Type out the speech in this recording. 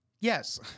Yes